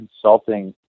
consulting